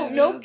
no